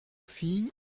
filles